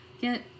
get